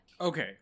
Okay